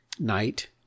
night